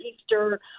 Easter